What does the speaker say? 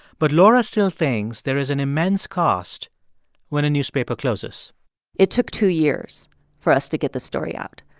but laura still thinks there is an immense cost when a newspaper closes it took two years for us to get the story out.